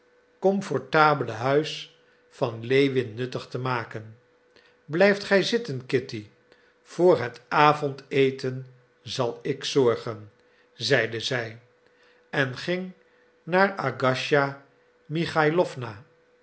comfortabele huis van lewin nuttig te maken blijf gij zitten kitty voor het avondeten zal ik zorgen zeide zij en ging naar agasija michailowna